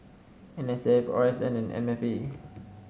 N S F R S N and M F A